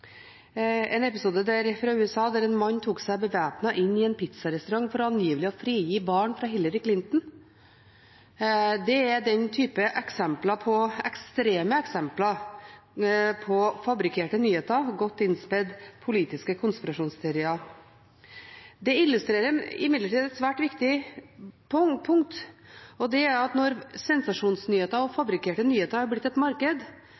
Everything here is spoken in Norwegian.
en episode fra USA, der en bevæpnet mann tok seg inn i en pizza-restaurant for angivelig å frigi barn fra Hillary Clinton. Det er en type ekstreme eksempler på fabrikkerte nyheter, godt ispedd politiske konspirasjonsteorier. Det illustrerer imidlertid et svært viktig punkt. Når sensasjonsnyheter og fabrikkerte nyheter er blitt et marked, viser det hvor avhengige vi er av at